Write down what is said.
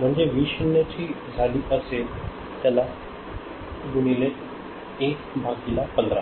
म्हणजे व्ही 0 ची झाली असेल त्याला गुणिले एक भागीला 15